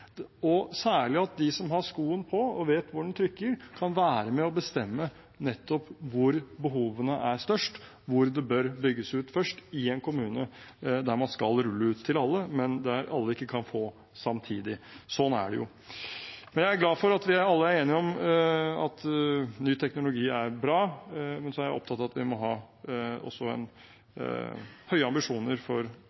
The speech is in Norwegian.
og særlig at de som har skoen på og vet hvor den trykker, kan være med og bestemme nettopp hvor behovene er størst, hvor det bør bygges ut først i en kommune der man skal rulle ut til alle, men der alle ikke kan få samtidig. Sånn er det jo. Jeg er glad for at vi alle er enige om at ny teknologi er bra. Men så er jeg opptatt av at vi også må ha